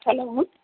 hello